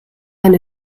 eine